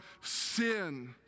sin